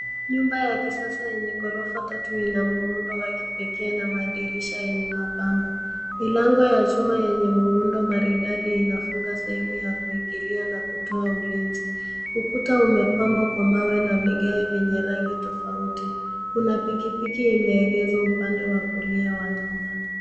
Nyumba ya kisasa yenye ghorofa tatu ina muundo wa kipekee na madirisha yenye mapambo. Milango ya chuma yenye muundo maridadi inafunga sehemu ya kuingilia na kutoa ulinzi. Ukuta umepambwa kwa mawe na vigae vyenye rangi tofauti. Kuna pikipiki imeegezwa upande wa kulia wa nyumba.